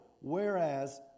whereas